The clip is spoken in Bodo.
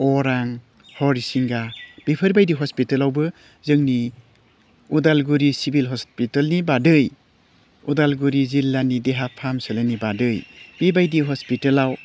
अरां हरिसिंगा बेफोर बायदि हस्पितालावबो जोंनि उदालगुरि सिभिल हस्पितालनि बादै उदालगुरि जिल्लानि देहा फाहामसालिनि बादै बेबायदि हस्पितालाव